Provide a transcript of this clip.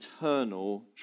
eternal